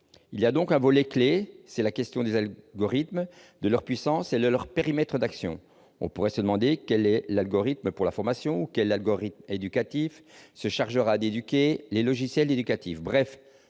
Il y a donc un volet clé, c'est la question des algorithmes, de leur puissance et de leur périmètre d'action. On pourrait se demander quel algorithme en matière de formation ou quel algorithme éducatif se chargera d'éduquer les logiciels éducatifs